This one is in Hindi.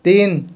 तीन